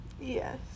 Yes